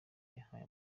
yahaye